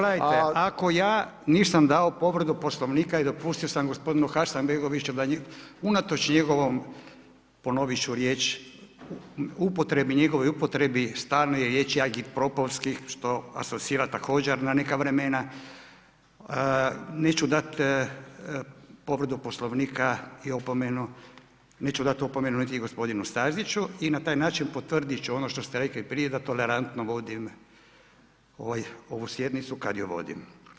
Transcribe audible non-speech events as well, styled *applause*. Ako ja nisam dao povredu Poslovnika i dopustio sam gospodinu Hasanbegoviću da unatoč njegovom, ponovit ću riječ, njegovoj upotrebi stalne riječi … *unintelligible* što asocira također na neka vremena, neću dat povredu Poslovnika i opomenu, neću dat opomenu niti gospodinu Staziću i na taj način potvrdit ću ono što ste rekli prije da tolerantno vodim ovu sjednicu, kad ju vodim.